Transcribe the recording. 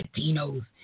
Latinos